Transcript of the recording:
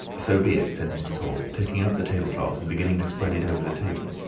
so be it, said mrs. hall, taking up the table-cloth and beginning to spread it over the table.